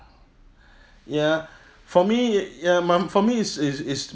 ya for me ya mine for me is is is